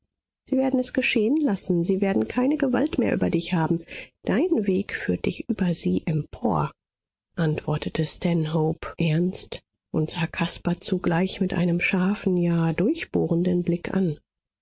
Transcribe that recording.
sie werden es geschehen lassen sie werden keine gewalt mehr über dich haben dein weg führt dich über sie empor antwortete stanhope ernst und sah caspar zugleich mit einem scharfen ja durchbohrenden blick an